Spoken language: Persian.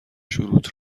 شروط